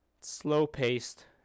Slow-paced